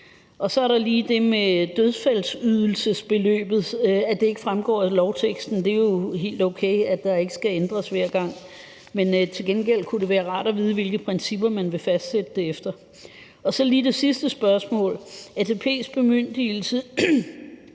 Så er der lige det med dødsfaldsydelsesbeløbet, som ikke fremgår af lovteksten. Det er jo helt okay, at der ikke skal ændres noget hver gang, men til gengæld kunne det være rart at vide, hvilke principper man vil fastsætte det efter. Så er der lige det sidste spørgsmål i forhold